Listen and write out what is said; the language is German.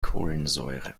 kohlensäure